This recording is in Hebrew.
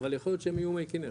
אבל יכול להיות שהם יהיו מי כנרת.